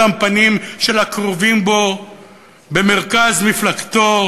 אותם פנים של הקרובים לו במרכז מפלגתו.